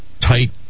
tight